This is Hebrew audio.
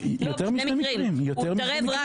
בשני מקרים, הוא סקר את זה ואני רשמתי.